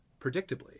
Predictably